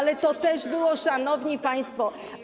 Ale to też było, szanowni państwo.